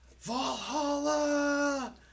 Valhalla